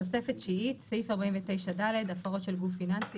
תוספת תשיעית (סעיף 49(ד)) הפרות של גוף פיננסי